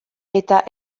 eta